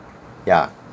ya